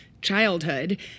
childhood